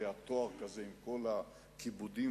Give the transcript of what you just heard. זה בדיוק הזמן להשקיע כל כך הרבה כסף במסילת ברזל לאילת?